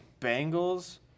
Bengals